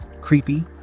creepy